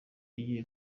igiye